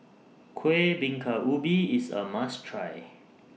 Kuih Bingka Ubi IS A must Try